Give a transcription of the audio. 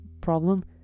problem